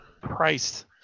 Christ